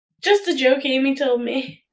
just a joke amy told me.